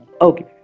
okay